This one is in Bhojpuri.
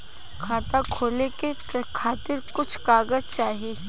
खाता खोले के खातिर कुछ कागज चाही?